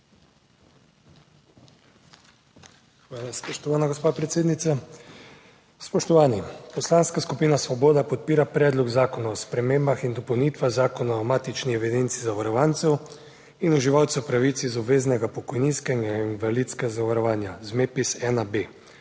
Hvala. Spoštovana gospa predsednica. Spoštovani! Poslanska skupina Svoboda podpira Predlog zakona o spremembah in dopolnitvah Zakona o matični evidenci zavarovancev in uživalcev pravic iz obveznega pokojninskega in invalidskega zavarovanja z MEPIS 1B,